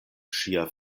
ŝia